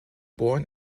born